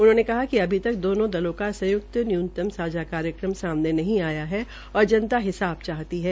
उन्होंने कहा कि अभी तक दोनों दलों का संयुक्त न्यूनतम सांझा कार्यक्रम सामने नहीं आया है और जनता हिसा चाहती है